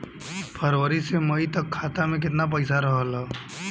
फरवरी से मई तक खाता में केतना पईसा रहल ह?